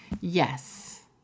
yes